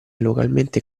localmente